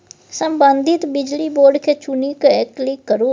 संबंधित बिजली बोर्ड केँ चुनि कए क्लिक करु